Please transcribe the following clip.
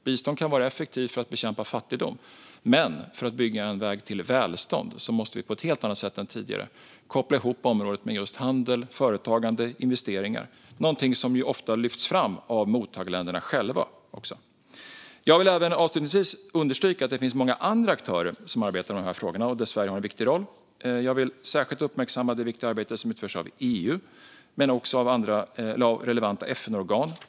Bistånd kan vara effektivt för att bekämpa fattigdom, men för att bygga en väg till välstånd måste vi på ett helt annat sätt än tidigare koppla ihop det området med handel, företagande och investeringar - något som ofta lyfts fram av mottagarländerna själva. Jag vill avslutningsvis understryka att det finns många andra aktörer som arbetar med de här frågorna där Sverige har en viktig roll. Jag vill särskilt uppmärksamma det viktiga arbete som utförs av EU men också av relevanta FN-organ.